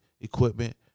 equipment